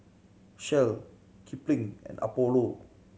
Shell Kipling and Apollo